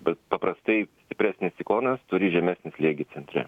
bet paprastai stipresnis ciklonas turi žemesnį slėgį centre